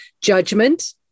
judgment